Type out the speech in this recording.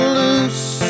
loose